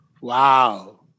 Wow